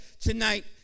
tonight